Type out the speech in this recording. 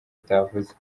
atavuze